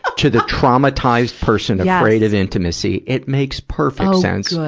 to the traumatize person yeah afraid of intimacy, it makes perfect sense. oh,